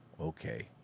okay